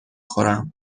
خورم